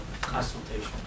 consultation